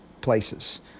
places